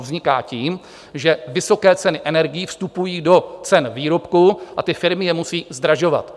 Vzniká tím, že vysoké ceny energií vstupují do cen výrobků a ty firmy je musí zdražovat.